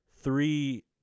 three